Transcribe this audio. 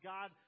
God